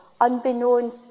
unbeknown